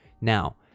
Now